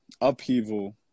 upheaval